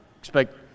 Expect